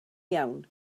iawn